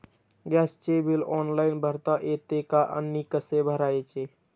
गॅसचे bill online भरता येते का आणि कसे भरायचे?